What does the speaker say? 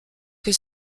que